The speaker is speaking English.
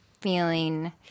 feeling